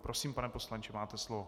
Prosím, pane poslanče, máte slovo.